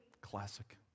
classic